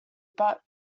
but